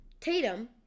Tatum